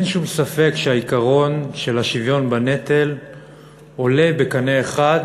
אין שום ספק שהעיקרון של השוויון בנטל עולה בקנה אחד